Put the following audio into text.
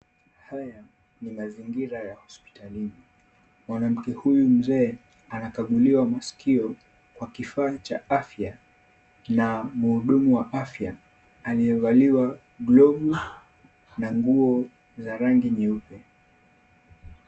Haya ni mazingira ya hospitalini. Wanamke huyu mzee, anakaguliwa masikio kwa kifaa cha afya na mhudumu wa afya, aliyevaliwa glovu na nguo za rangi nyeupe.